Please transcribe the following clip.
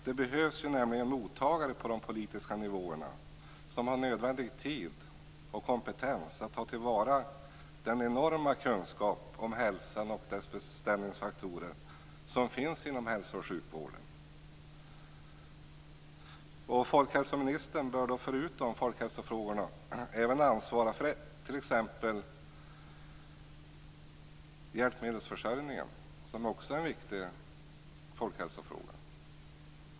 Det behövs nämligen mottagare på de politiska nivåerna som har nödvändig tid och kompetens att ta till vara den enorma kunskap om hälsan och dess bestämningsfaktorer som finns inom hälsooch sjukvården. Folkhälsoministern bör förutom folkhälsofrågorna ansvara för t.ex. hjälpmedelsförsörjningen, som också är en viktig folkhälsofråga.